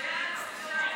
התשע"ח 2018,